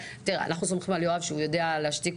אנחנו סומכים על יואב שהוא יודע להשתיק